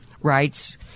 Rights